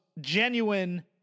genuine